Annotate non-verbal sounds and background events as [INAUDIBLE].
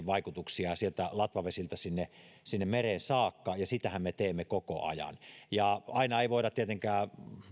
[UNINTELLIGIBLE] vaikutuksia sieltä latvavesiltä sinne sinne mereen saakka ja sitähän me teemme koko ajan aina ei voida tietenkään